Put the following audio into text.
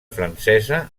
francesa